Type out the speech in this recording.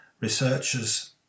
Researchers